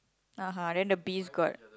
uh-huh then the bees got